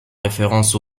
référence